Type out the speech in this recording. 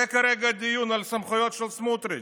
על זה כרגע הדיון, על הסמכויות של סמוטריץ',